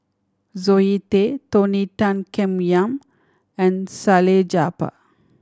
Zoe Tay Tony Tan Keng Yam and Salleh Japar